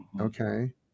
okay